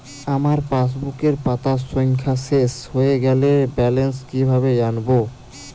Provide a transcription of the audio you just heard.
আমার পাসবুকের পাতা সংখ্যা শেষ হয়ে গেলে ব্যালেন্স কীভাবে জানব?